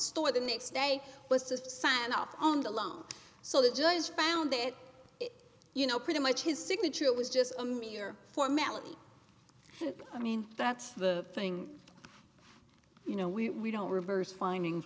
store the next day was to sign off on the loan so the judge found that you know pretty much his signature was just a mere formality i mean that's the thing you know we don't reverse findings